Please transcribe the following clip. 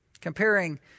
Comparing